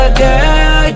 girl